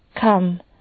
Come